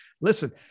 listen